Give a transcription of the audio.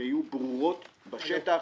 שיהיו ברורות בשטח,